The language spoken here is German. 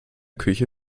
küche